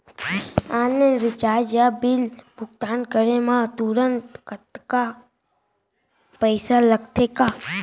Online recharge या bill भुगतान करे मा तुरंत अक्तहा पइसा लागथे का?